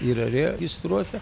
yra registruota